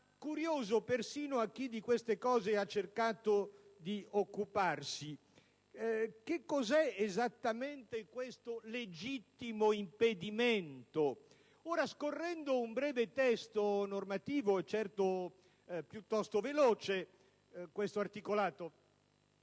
curioso persino a chi di queste cose ha cercato di occuparsi. Che cosa è esattamente questo legittimo impedimento? Ora, scorrendo questo breve testo normativo (certo è piuttosto veloce questo articolato